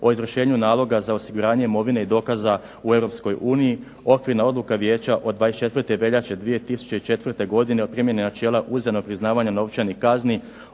o izvršenju naloga za osiguranje imovine i dokaza u Europskoj uniji, Okvirna odluka Vijeća od 24. veljače 2004. godine o primjeni načela uzajamnog priznavanja novčanih kazni,